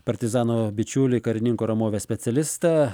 partizano bičiulį karininkų ramovės specialistą